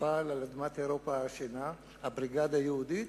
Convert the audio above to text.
שפעל על אדמת אירופה העשנה, הבריגדה היהודית,